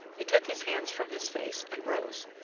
he took his hands from his face and rose.